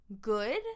Good